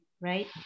right